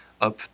up